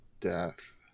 death